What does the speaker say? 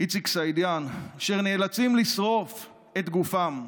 איציק סעידיאן, לשרוף את גופם,